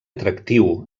atractiu